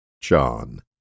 John